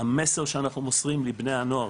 המסר שאנחנו מוסרים לבני הנוער,